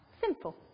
Simple